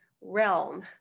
realm